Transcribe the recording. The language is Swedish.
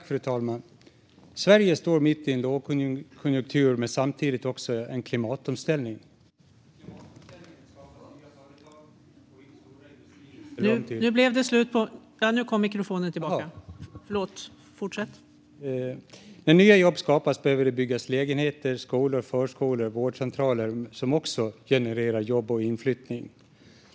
Fru talman! Sverige står mitt i en lågkonjunktur och samtidigt också i en klimatomställning. I klimatomställningen skapas nya företag, och stora industrier ställer om till fossilfri produktion. När nya jobb skapas behöver det byggas lägenheter, skolor, förskolor och vårdcentraler, som också genererar jobb och inflyttning.